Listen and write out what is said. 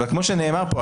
כמו שנאמר פה,